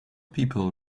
people